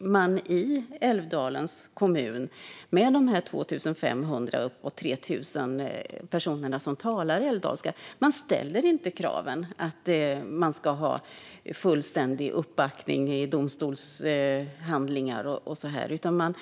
man i Älvdalens kommun, med sina 2 500-3 000 personer som talar älvdalska, inte ställer krav på fullständig uppbackning när det gäller domstolshandlingar.